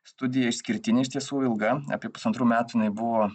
studija išskirtinė iš tiesų ilga apie pusantrų metų jinai buvo